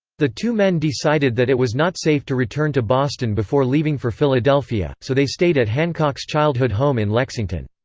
the two men decided that it was not safe to return to boston before leaving for philadelphia, so they stayed at hancock's childhood home in lexington.